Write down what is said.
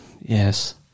Yes